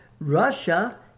Russia